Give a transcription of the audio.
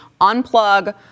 unplug